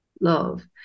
Love